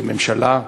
לממשלה,